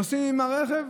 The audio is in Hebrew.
נוסעים ברכב.